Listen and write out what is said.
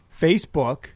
Facebook